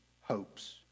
hopes